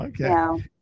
okay